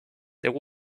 there